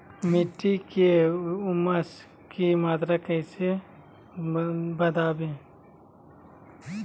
मिट्टी में ऊमस की मात्रा कैसे बदाबे?